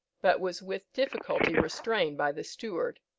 but was with difficulty restrained by the steward.